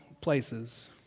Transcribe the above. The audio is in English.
places